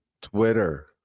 Twitter